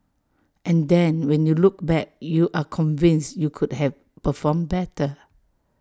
and then when you look back you are convinced you could have performed better